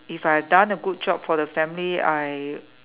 if I done a good job for the family I